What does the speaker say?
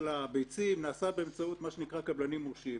הביצים נעשה באמצעות מה שנקרא "קבלנים מורשים".